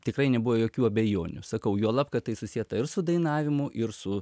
tikrai nebuvo jokių abejonių sakau juolab kad tai susieta ir su dainavimu ir su